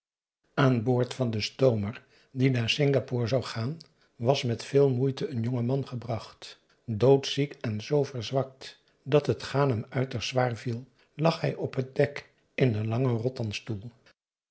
aan boord van den stoomer die naar singapore zou gaan was met veel moeite een jonge man gebracht doodziek en zoo verzwakt dat het gaan hem uiterst zwaar viel lag hij op t dek in een langen